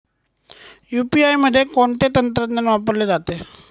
UPI मध्ये कोणते तंत्रज्ञान वापरले जाते?